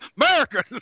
America